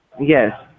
Yes